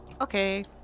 Okay